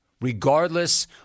Regardless